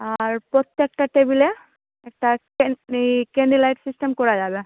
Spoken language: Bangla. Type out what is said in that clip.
আর প্রত্যেকটা টেবিলে একটা ক্যানডি ক্যান্ডেল লাইট সিস্টেম করা যাবে